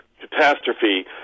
catastrophe